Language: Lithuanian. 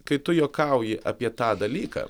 kai tu juokauji apie tą dalyką